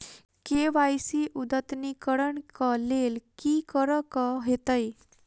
KYC अद्यतनीकरण कऽ लेल की करऽ कऽ हेतइ?